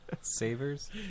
Savers